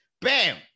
Bam